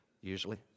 usually